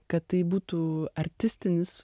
kad tai būtų artistinis